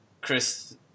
Chris